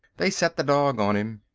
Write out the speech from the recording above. they set the dog on him.